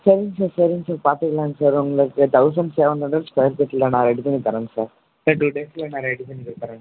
சரிங்க சார் சரிங்க சார் பார்த்துக்கலாம் சார் உங்களுக்கு தௌசண்ட் செவன் ஹண்ட்ரட் ஸ்கொயர் ஃபீட்டில் நான் ரெடி பண்ணி தர்றேங்க சார் இன்னும் டூ டேஸில் நான் ரெடி பண்ணி தர்றேங்க சார்